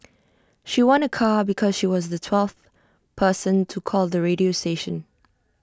she won A car because she was the twelfth person to call the radio station